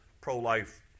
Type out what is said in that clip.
pro-life